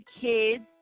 kids